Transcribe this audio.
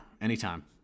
anytime